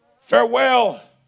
Farewell